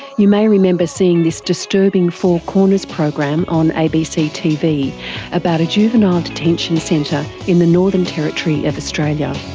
you may remember seeing this disturbing four corners program on abc tv about a juvenile detention centre in the northern territory of australia